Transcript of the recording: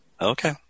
Okay